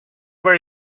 where